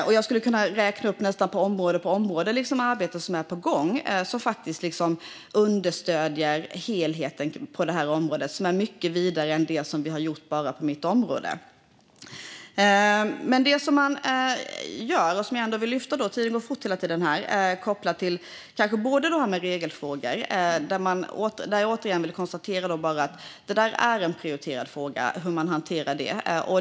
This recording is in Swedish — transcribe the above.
På område efter område skulle jag kunna räkna upp arbeten som är på gång och som understöder helheten. Detta är mycket vidare än det som vi har gjort på mitt område. Något som man gör och som jag vill lyfta fram, även om tiden går fort här i talarstolen, är kopplat till regelfrågor. Jag vill återigen konstatera att det är en prioriterad fråga hur man hanterar dem.